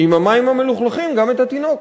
עם המים המלוכלכים גם את התינוק.